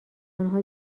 آنها